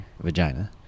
vagina